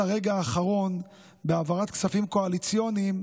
הרגע האחרון בהעברת כספים קואליציוניים